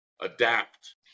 Adapt